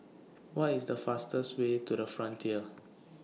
What IS The fastest Way to The Frontier